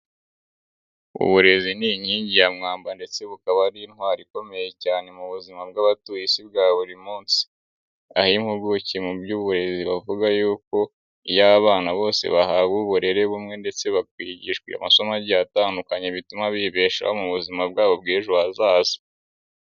Uburezi ni inkingi ya mwamba ndetse bukaba ari intwari ikomeye cyane mu buzima bw'abatuye Isi bwa buri munsi. Aho impuguke mu by'uburezi bavuga yuko, iyo abana bose bahawe uburere bumwe ndetse bagishwa amasomo agiye atandukanye bituma bibeshaho mu buzima bwabo bw'ejo hazaza.